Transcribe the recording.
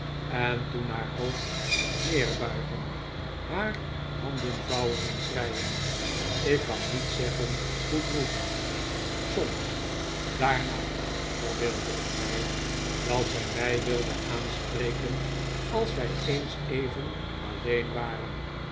en toen haar hoofd neerbuigen haar handen vouwen en schreien ik kan niet zeggen hoe droevig soms daarna verbeeldde ik mij dat zij mij wilde aanspreken als wij eens even alleen waren